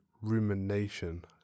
rumination